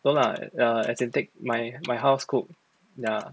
no lah uh as in take my my house cook ya